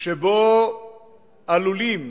שבו עלולים,